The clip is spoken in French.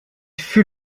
fut